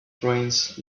trains